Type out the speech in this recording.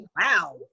wow